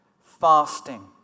Fasting